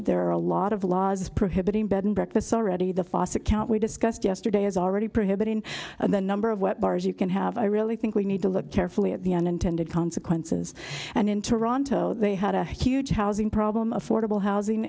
that there are a lot of laws prohibiting bed and breakfasts already the faucet count we discussed yesterday is already pretty but in the number of wet bars you can have i really think we need to look carefully at the end intended consequences and in toronto they had a huge housing problem affordable housing